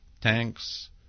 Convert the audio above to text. Tanks